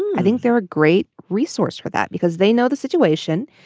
i think they're a great resource for that because they know the situation.